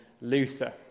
Luther